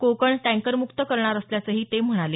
कोकण टँकरमुक्त करणार असल्याचं ते म्हणाले